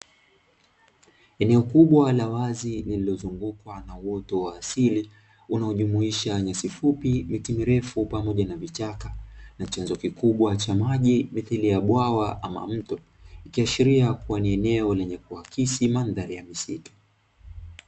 Eneo kubwa la wazi lililozungukwa na uoto wa asili unao jumuisha nyasi fupi, miti mirefu pamoja na vichaka na chanzo kikubwa cha maji mithili ya bwawa ama mto. Ikiashiria kua ni eneo lenye kuakisi mandhari ya misitu.